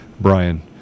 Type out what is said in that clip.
Brian